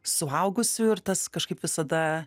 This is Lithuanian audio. suaugusiųjų ir tas kažkaip visada